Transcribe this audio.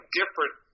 different